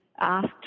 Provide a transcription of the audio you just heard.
asked